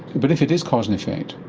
but if it is cause and effect,